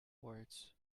words